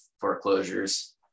foreclosures